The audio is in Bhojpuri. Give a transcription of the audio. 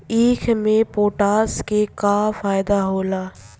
ईख मे पोटास के का फायदा होला?